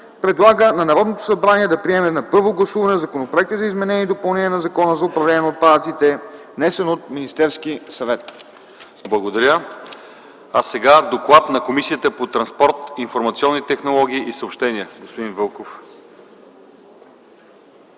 предлага на Народното събрание да приеме на първо гласуване Законопроект за изменение и допълнение на Закона за управление на отпадъците, внесен от Министерския съвет.” ПРЕДСЕДАТЕЛ ЛЪЧЕЗАР ИВАНОВ: Благодаря. Следва докладът на Комисията по транспорт, информационни технологии и съобщения. Господин Вълков!